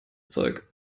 zeug